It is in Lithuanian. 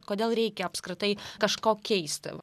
kodėl reikia apskritai kažko keisti